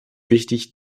wichtig